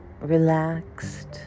relaxed